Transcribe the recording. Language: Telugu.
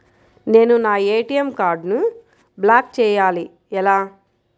నేను నా ఏ.టీ.ఎం కార్డ్ను బ్లాక్ చేయాలి ఎలా?